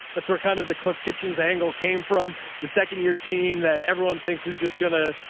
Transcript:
that's where kind of the cliff kitchens angle came from the second year team that everyone thinks is just gonna,